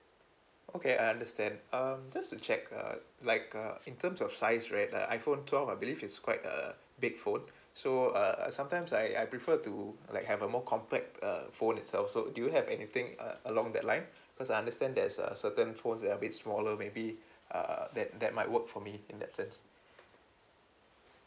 okay I understand um just to check uh like uh in terms of size right uh iphone twelve I believe it's quite a big phone so uh uh sometimes I I prefer to like have a more compact err phone itself so do you have anything uh along that line because I understand there's a certain phones that are bit smaller maybe uh that that might work for me in that sense